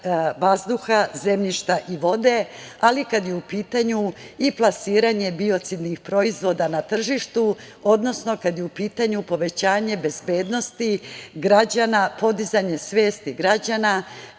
vazduha, zemljišta i vode, ali i kada je u pitanju i plasiranje biocidnih proizvoda na tržištu, odnosno kada je u pitanju povećanje bezbednosti građana, podizanje svesti građana,